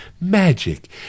magic